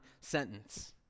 sentence